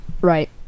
Right